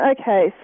Okay